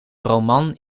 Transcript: roman